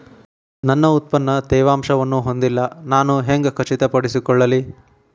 ನನ್ನ ಉತ್ಪನ್ನ ತೇವಾಂಶವನ್ನು ಹೊಂದಿಲ್ಲಾ ನಾನು ಹೆಂಗ್ ಖಚಿತಪಡಿಸಿಕೊಳ್ಳಲಿ?